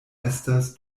estas